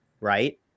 right